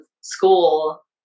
school